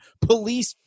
police